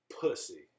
Pussy